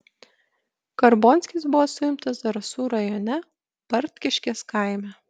karbonskis buvo suimtas zarasų rajone bartkiškės kaime